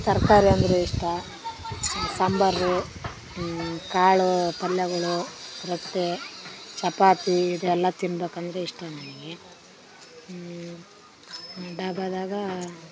ತರಕಾರಿ ಅಂದರೆ ಇಷ್ಟ ಸಾಂಬಾರು ಕಾಳು ಪಲ್ಯಗಳು ರೊಟ್ಟಿ ಚಪಾತಿ ಇದೆಲ್ಲಾ ತಿನ್ಬೇಕಂದ್ರೆ ಇಷ್ಟ ನನಗೆ ಡಾಬಾದಾಗ